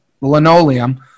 linoleum